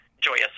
joyous